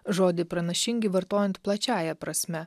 žodį pranašingi vartojant plačiąja prasme